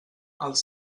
els